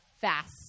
fast